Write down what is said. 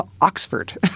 Oxford